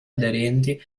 aderenti